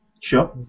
Sure